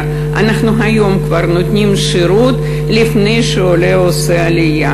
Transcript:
אנחנו היום נותנים שירות עוד לפני שהעולה עושה עלייה,